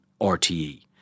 RTE